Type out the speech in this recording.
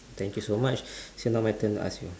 thank you so much so now my turn to ask you